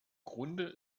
grunde